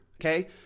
Okay